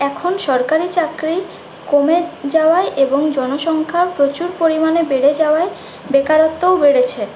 এখন সরকারি চাকরি কমে যাওয়ায় এবং জনসংখ্যাও প্রচুর পরিমাণে বেড়ে যাওয়ায় বেকারত্বও বেড়েছে